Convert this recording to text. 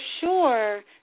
sure